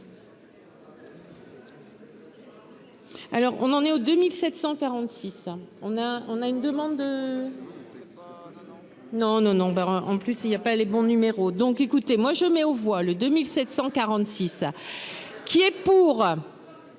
Alors on en est aux 2746 on a on a une demande de. Non non non ben en plus il y a pas les bons numéros donc écoutez moi je mets aux voix le 2746. Qui est pour.